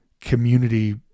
community